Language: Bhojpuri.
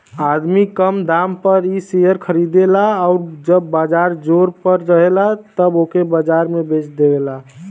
आदमी कम दाम पर इ शेअर खरीदेला आउर जब बाजार जोर पर रहेला तब ओके बाजार में बेच देवेला